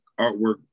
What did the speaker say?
artwork